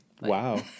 Wow